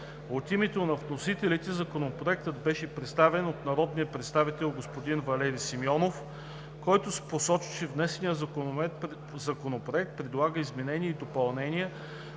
От името на вносителите Законопроектът беше представен от народния представител Валери Симеонов, който посочи, че внесеният законопроект предлага изменения и допълнения,